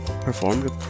performed